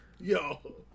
yo